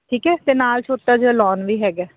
ਠੀਕ ਹੈ ਅਤੇ ਨਾਲ ਛੋਟਾ ਜਿਹਾ ਲੋਨ ਵੀ ਹੈਗਾ